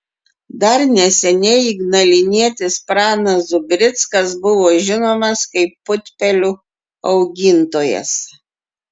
dar neseniai ignalinietis pranas zubrickas buvo žinomas kaip putpelių augintojas